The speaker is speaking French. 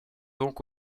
donc